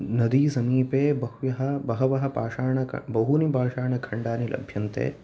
नदीसमीपे बह्व्यः बहवः पाषाण बहूनि पाषाणखण्डानि लभ्यन्ते